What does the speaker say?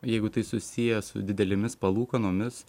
jeigu tai susiję su didelėmis palūkanomis